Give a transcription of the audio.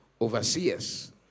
overseers